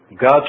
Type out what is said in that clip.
God